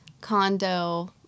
condo